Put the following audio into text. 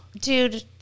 dude